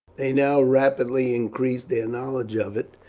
they now rapidly increased their knowledge of it,